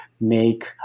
make